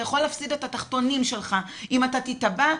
אתה יכול להפסיד את התחתונים שלך אם אתה תיתבע,